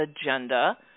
agenda